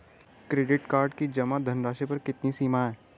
Credit card की जमा धनराशि पर कितनी सीमा है?